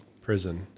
prison